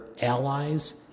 allies